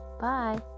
Bye